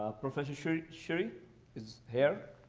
professor sheri sheri is here,